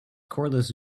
cordless